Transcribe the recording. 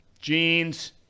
jeans